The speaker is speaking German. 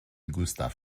gustav